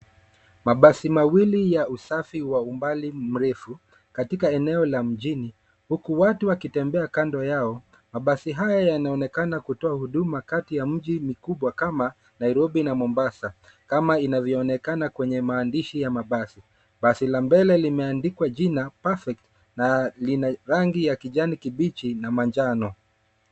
Mabasi mawili ya usafi wa umbali mrefu katika eneo la mjini, huku watu wakitembea kando yao. Mabasi haya yanaonekana kutoa huduma kati ya mji mikubwa kama Nairobi na Mombasa kama inavyo onekana kwenye maandishi ya mabasi. Basi la mbele limeandikwa jina perfect na lina rangi ya kijani kibichi na manjano.